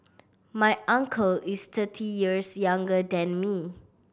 my uncle is thirty years younger than me